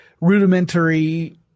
rudimentary